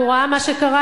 והוא ראה מה שקרה,